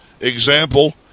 Example